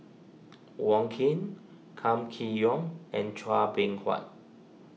Wong Keen Kam Kee Yong and Chua Beng Huat